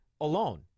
alone